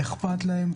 ואני יודע שאכפת להם.